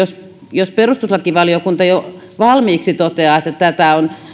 jos perustuslakivaliokunta jo valmiiksi toteaa että tätä on